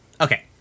Okay